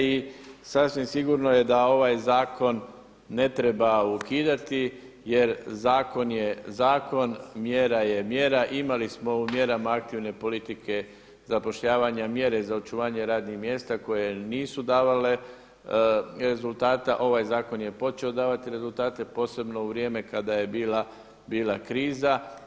I sasvim sigurno je da ovaj zakon ne treba ukidati jer zakon je zakon, mjera je mjera, imali smo u mjera aktivne politike zapošljavanja mjere za očuvanje radnih mjesta koje nisu davale rezultata, ovaj zakon je počeo davati rezultate posebno u vrijeme kada je bila kriza.